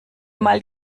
mal